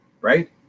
right